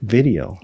Video